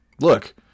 look